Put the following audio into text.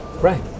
right